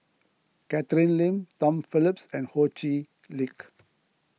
Catherine Lim Tom Phillips and Ho Chee Lick